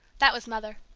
that was mother.